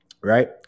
right